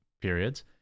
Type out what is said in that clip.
periods